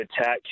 attack